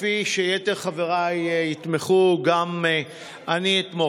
כפי שיתר חבריי יתמכו, גם אני אתמוך.